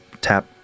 tap